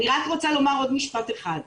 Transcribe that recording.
אני רק רוצה לומר עוד משפט אחד.